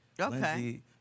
Okay